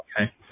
okay